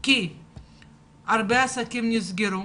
המקומיות כי הרבה עסקים נסגרו,